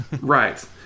right